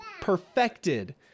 Perfected